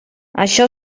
això